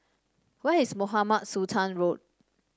where is Mohamed Sultan Road